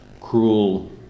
cruel